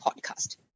Podcast